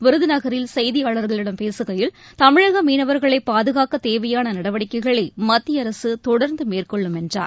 விருதுநகரில் செய்தியாளர்களிடம் பேசுகையில் தமிழகமீனவர்களைபாதுகாக்கதேவையானநடவடிக்கைகளைமத்தியஅரசுதொடர்ந்துமேற்கொள்ளும் என்றார்